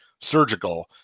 surgical